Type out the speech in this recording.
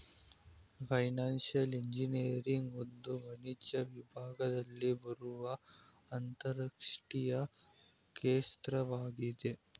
financial engineering ಒಂದು ವಾಣಿಜ್ಯ ವಿಭಾಗದಲ್ಲಿ ಬರುವ ಅಂತರಶಿಸ್ತೀಯ ಕ್ಷೇತ್ರವಾಗಿದೆ